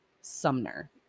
Sumner